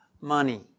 money